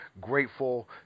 Grateful